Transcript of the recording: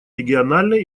региональной